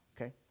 okay